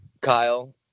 Kyle